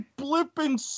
blipping